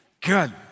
Good